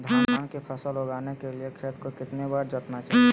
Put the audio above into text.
धान की फसल उगाने के लिए खेत को कितने बार जोतना चाइए?